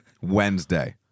Wednesday